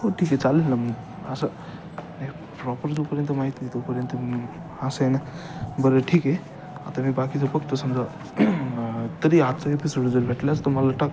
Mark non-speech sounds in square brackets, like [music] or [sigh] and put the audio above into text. हो ठीक आहे चालेल ना मग असं [unintelligible] प्रॉपर जोपर्यंत माहीत नाही तोपर्यंत असं आहे ना बरं ठीक आहे आता मी बाकीचं बघतो समजा तरी आजचा एपिसोड जर भेटलाच तर मला टाक